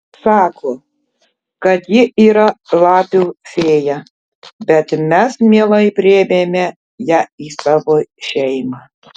sako kad ji yra lapių fėja bet mes mielai priėmėme ją į savo šeimą